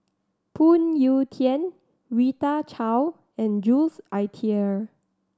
Phoon Yew Tien Rita Chao and Jules Itier